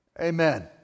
Amen